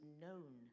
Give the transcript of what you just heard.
known